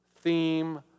theme